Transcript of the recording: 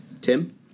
Tim